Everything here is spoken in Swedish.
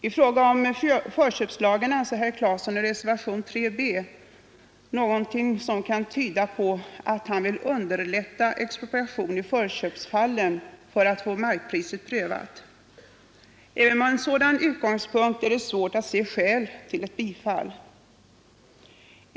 I fråga om förköpslagen säger herr Claeson i reservation 3 b något som kan tyda på att han vill underlätta expropriation i förköpsfallen för att få markpriset prövat. Även med en sådan utgångspunkt är det svårt att se skäl till ett bifall.